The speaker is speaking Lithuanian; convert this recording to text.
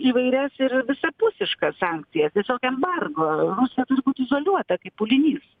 įvairias ir visapusiškas sankcijas tokį embargo rusija turi būti izoliuota kaip pulinys